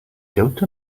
don’t